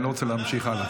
אני לא רוצה להמשיך הלאה.